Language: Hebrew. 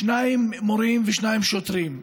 שניים מורים ושניים שוטרים.